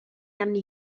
anni